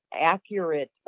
accurate